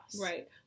right